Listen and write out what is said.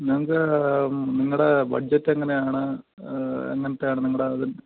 ഞങ്ങൾക്ക് നിങ്ങളുടെ ബഡ്ജറ്റ് എങ്ങനെയാണ് എങ്ങനത്തെതാണ് നിങ്ങളുടെ അതിൽ